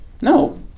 No